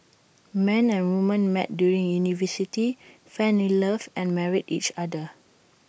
man and woman met during university fell in love and married each other